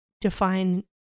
define